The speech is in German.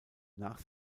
nach